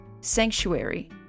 Sanctuary